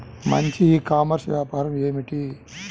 మంచి e commerce వ్యాపారం ఏమిటీ?